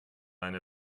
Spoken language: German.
eine